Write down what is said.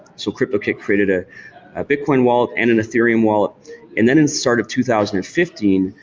so crypto kit created a ah bitcoin wallet and an ethereum wallet and then in start of two thousand and fifteen,